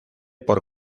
por